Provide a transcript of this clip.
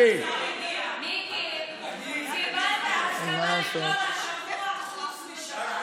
מיקי, קיבלת הסכמה לכל השבוע חוץ משבת.